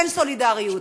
אין סולידריות.